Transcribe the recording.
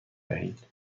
دهید